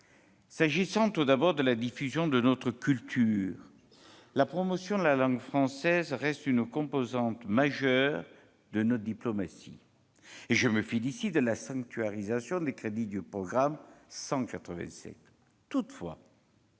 S'agissant de la diffusion de notre culture, la promotion de la langue française reste une composante majeure de notre diplomatie. Je me félicite donc de la sanctuarisation des crédits du programme 185. Toutefois,